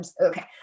Okay